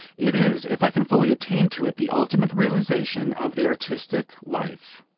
it is, if i can fully attain to it, the ultimate realisation of the artistic life.